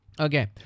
Okay